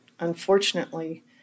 Unfortunately